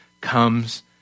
comes